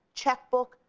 checkbook,